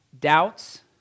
doubts